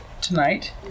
tonight